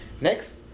Next